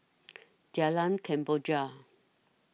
Jalan Kemboja